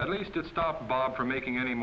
at least to stop bob from making any